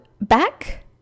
back